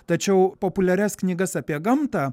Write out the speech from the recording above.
tačiau populiarias knygas apie gamtą